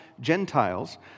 Gentiles